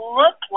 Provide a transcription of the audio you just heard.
look